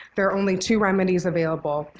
there are only two remedies available.